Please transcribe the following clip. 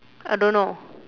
I don't know